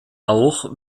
auch